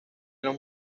los